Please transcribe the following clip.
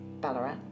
Ballarat